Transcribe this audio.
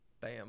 Bam